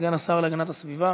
סגן השר להגנת הסביבה